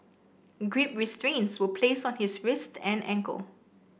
grip restraints were placed on his wrists and ankles